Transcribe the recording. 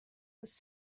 was